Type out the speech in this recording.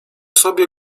sobie